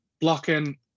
blocking